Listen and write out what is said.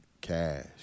cash